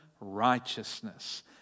righteousness